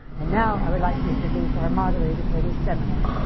and now, i would like to introduce our moderator for this seminar,